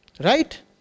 Right